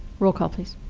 roll call, please.